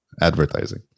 advertising